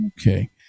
okay